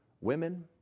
women